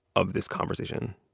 of this conversation,